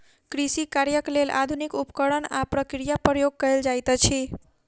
कृषि कार्यक लेल आधुनिक उपकरण आ प्रक्रिया उपयोग कयल जाइत अछि